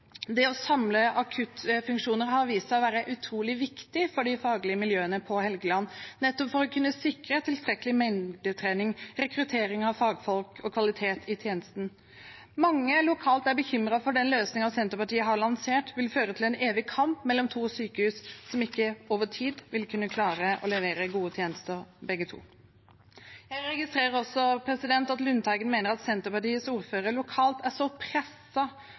Det å samle akuttfunksjoner har vist seg å være utrolig viktig for de faglige miljøene på Helgeland nettopp for å kunne sikre tilstrekkelig mengdetrening, rekruttering av fagfolk og kvalitet i tjenesten. Mange lokalt er bekymret for at den løsningen Senterpartiet har lansert, vil føre til en evig kamp mellom to sykehus som begge over tid ikke vil kunne klare å levere gode tjenester. Jeg registrerer også at representanten Lundteigen mener at Senterpartiets ordførere lokalt er så